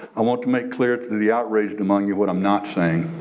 i want to make clear to the the outraged among you what i'm not saying.